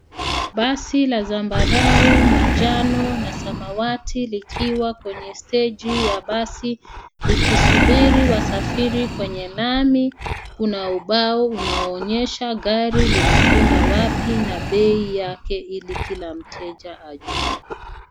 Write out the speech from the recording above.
Basi la zambarau, manjano na samawati likiwa kwenye steji ya basi likisubiri wasafiri. Kwenye lami kuna ubao unaoonyesha gari linakwenda wapi na bei yake ili kila mteja ajue.